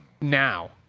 now